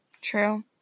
True